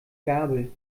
gabel